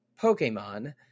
Pokemon